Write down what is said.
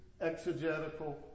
exegetical